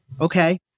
Okay